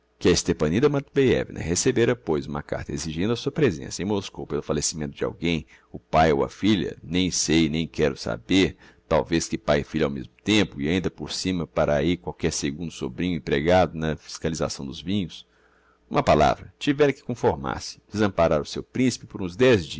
que a stepanida matveiévna recebera pois uma carta exigindo a sua presença em moscou pelo fallecimento de alguem o pae ou a filha nem sei nem quero saber talvez que pae e filha ao mesmo tempo e ainda por cima para ahi qualquer segundo sobrinho empregado na fiscalização dos vinhos n'uma palavra tivera que conformar se desamparar o seu principe por uns dez